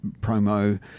promo